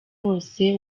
bose